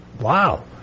wow